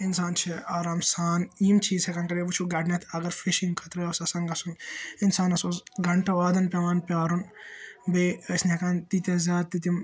اِنسان چھ آرام سان یِم چیز ہیٚکان کٔرِتھ وُچھو گۄڈٕنیٚتھ اَگَر فِشِنگ خٲطرٕ اوس آسان گَژھُن اِنسانَس اوس گَنٹہٕ وادَن پیٚوان پیارُن بیٚیہ أسۍ نہٕ ہیٚکان تیتِیہ زیادٕ تہِ تِم